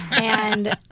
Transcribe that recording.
and-